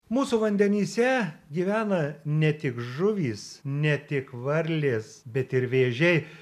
mūsų vandenyse gyvena ne tik žuvys ne tik varlės bet ir vėžiai